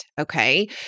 okay